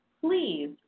Please